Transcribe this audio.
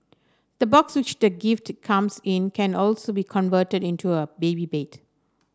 the box which the gift to comes in can also be converted into a baby bed